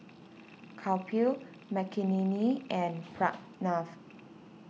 Kapil Makineni and Pranav